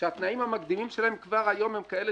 שהתנאים המקדימים שלהם כבר היום הם כאלה